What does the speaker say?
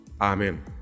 Amen